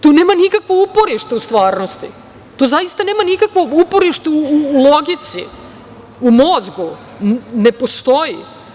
To nema nikakvo uporište u stvarnosti, to zaista nema nikakvo uporište u logici, u mozgu, ne postoji.